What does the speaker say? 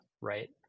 right